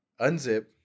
unzip